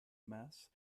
mass